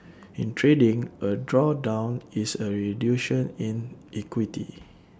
in trading A drawdown is A in equity